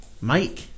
Mike